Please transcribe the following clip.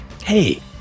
Hey